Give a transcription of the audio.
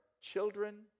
children